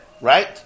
right